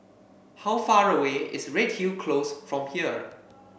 how far away is Redhill Close from here